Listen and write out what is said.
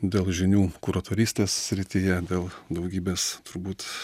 dėl žinių kuratorystės srityje dėl daugybės turbūt